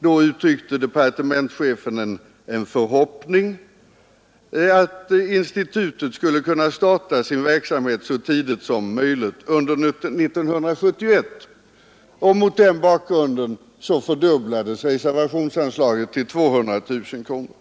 Då uttryckte departementschefen en förhoppning att institutet skulle kunna starta sin verksamhet så tidigt som möjligt under år 1971. Mot den bakgrunden fördubblades reservationsanslaget till 200 000 kronor.